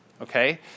okay